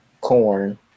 corn